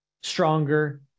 stronger